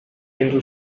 into